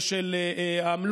או של המלונאים,